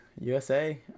USA